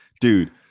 dude